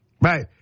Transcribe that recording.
right